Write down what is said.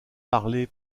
parlée